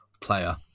player